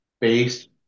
based